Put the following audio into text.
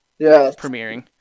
premiering